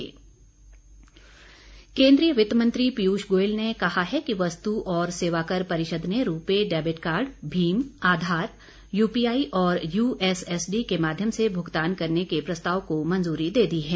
GST केन्द्रीय वित्त मंत्री पीयूष गोयल ने कहा है कि वस्तु और सेवाकर परिषद ने रूपे डेबिट कार्ड भीम आधार यूपीआई और यूएसएसडी के माध्यम से भूगतान करने के प्रस्ताव को मंजूरी दे दी है